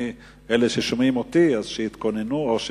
אלה שרוצים לשאול,